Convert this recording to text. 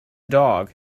dog